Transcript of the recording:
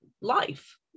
life